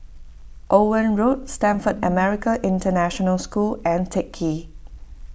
Owen Road Stamford American International School and Teck Ghee